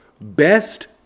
best